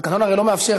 התקנון הרי לא מאפשר,